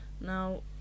now